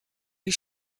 les